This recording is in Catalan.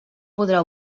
podrà